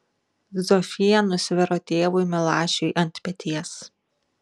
zofija nusviro tėvui milašiui ant peties